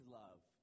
love